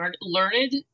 learned